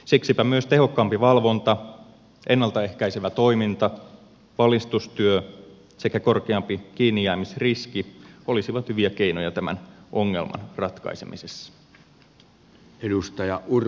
siksipä myös tehokkaampi valvonta ennalta ehkäisevä toiminta valistustyö sekä korkeampi kiinnijäämisriski olisivat hyviä keinoja tämän ongelman ratkaisemisessa